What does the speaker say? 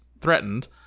threatened